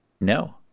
no